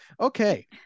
Okay